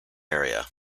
area